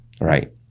right